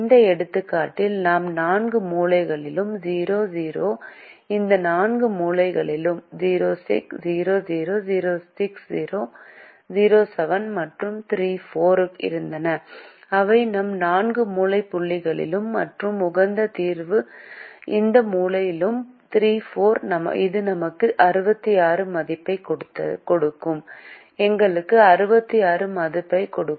இந்த எடுத்துக்காட்டில் இந்த நான்கு மூலைகளிலும் 00 இந்த நான்கு மூலைகளிலும் 00 60 07 மற்றும் 34 இருந்தன அவை நம் நான்கு மூலையில் புள்ளிகள் மற்றும் உகந்த தீர்வு இந்த மூலையில் புள்ளி 34 இது நமக்கு 66 மதிப்பைக் கொடுக்கும் எங்களுக்கு 66 மதிப்பைக் கொடுக்கும்